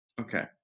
Okay